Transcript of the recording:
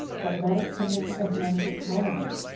but let it come into the hands of ptolemy,